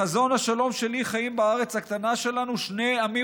בחזון השלום שלי חיים בארץ הקטנה שלנו שני עמים